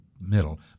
middle